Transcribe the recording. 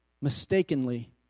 mistakenly